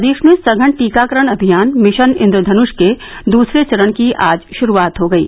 प्रदेश में सघन टीकाकरण अभियान मिशन इंद्रधनुष के दूसरे चरण की आज शुरूआत हो गयी